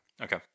Okay